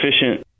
efficient